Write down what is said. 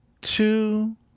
two